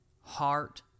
heart